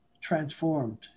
transformed